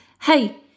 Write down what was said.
Hey